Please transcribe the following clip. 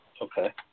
Okay